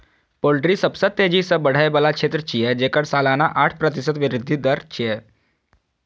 poultry सबसं तेजी सं बढ़ै बला क्षेत्र छियै, जेकर सालाना आठ प्रतिशत वृद्धि दर छै